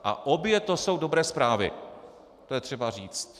A obě to jsou dobré zprávy, to je třeba říct.